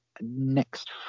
Next